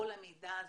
כל המידע הזה,